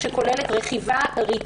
שכוללת רכיבה באופניים,